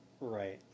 right